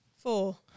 Four